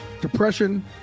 depression